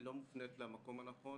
לא מופנית למקום הנכון